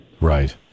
right